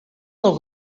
del